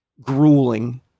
grueling